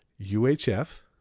UHF